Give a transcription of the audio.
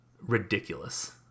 ridiculous